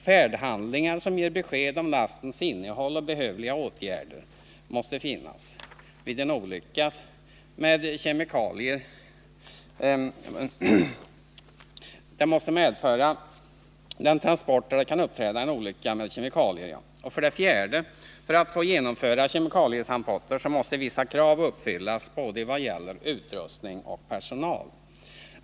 Färdhandlingar, som ger besked om lastens innehåll och behövliga åtgärder vid en olycka, måste medfölja varje transport av kemikalier. 4. För att kemikalietransporter skall få genomföras måste vissa krav uppfyllas i vad gäller både utrustning och personal.